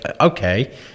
okay